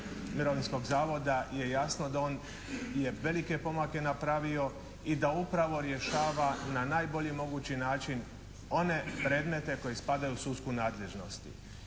Mirovinskog zavoda je jasno da je on velike pomake napravio i da upravo rješava na najbolji mogući način one predmete koji spadaju u sudsku nadležnost.